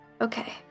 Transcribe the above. Okay